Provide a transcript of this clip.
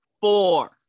four